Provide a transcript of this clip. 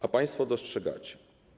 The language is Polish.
A państwo to dostrzegacie.